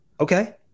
Okay